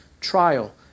trial